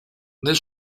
nel